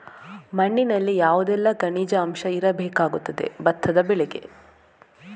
ಮಣ್ಣಿನಲ್ಲಿ ಯಾವುದೆಲ್ಲ ಖನಿಜ ಅಂಶ ಇರಬೇಕಾಗುತ್ತದೆ ಭತ್ತದ ಬೆಳೆಗೆ?